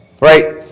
right